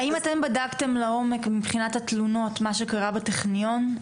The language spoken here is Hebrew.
האם אתם בדקתם לעומק מבחינת התלונות מה שקרה בטכניון?